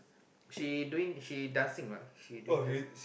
she doing she dancing what she doing those